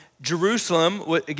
Jerusalem